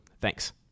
Thanks